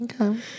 Okay